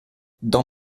dans